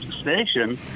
station